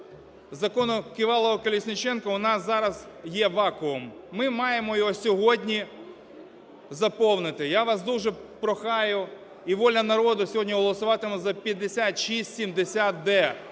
Закону "Ківалова-Колесніченка" у нас зараз є вакуум, ми маємо його сьогодні заповнити. Я вас дуже прохаю, і "Воля народу" сьогодні голосуватиме за 5670-д.